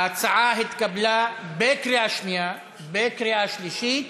ההצעה התקבלה בקריאה שנייה ובקריאה שלישית.